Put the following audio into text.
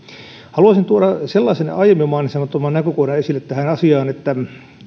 haluaisin tuoda sellaisen aiemmin mainitsemattoman näkökohdan esille tähän asiaan että